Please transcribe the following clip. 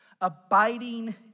abiding